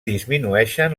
disminueixen